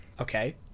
Okay